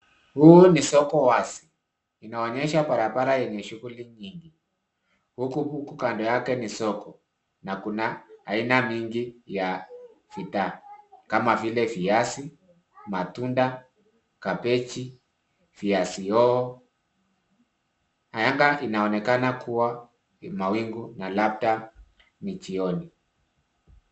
Huu ni soko wazi. Inaonyesha barabara yenye shughuli nyingi huku kando yake ni soko na kuna aina nyingi za bidhaa kama vile viazi, matunda, kabeji, viazioo . Anga inaonekana kuwa na mawingu na labda ni jioni.